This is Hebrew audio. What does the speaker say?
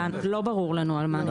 לא ברורה לנו ההערה.